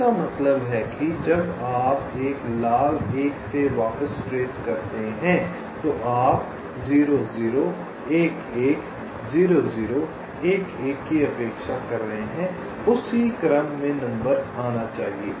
इसका मतलब है जब आप एक लाल 1 से वापस ट्रेस करते हैं तो आप 0 0 1 1 0 0 1 1 की अपेक्षा कर रहे हैं उस क्रम में नंबर आना चाहिए